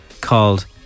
called